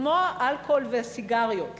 כמו האלכוהול והסיגריות,